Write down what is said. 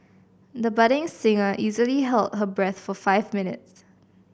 the budding singer easily held her breath for five minutes